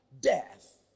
death